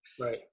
Right